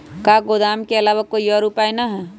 का गोदाम के आलावा कोई और उपाय न ह?